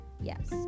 Yes